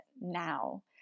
now